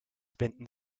wenden